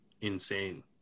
insane